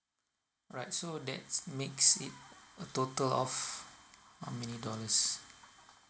alright so that's makes it a total of how many dollars